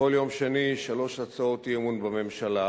כבכל יום שני, שלוש הצעות אי-אמון בממשלה,